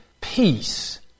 Peace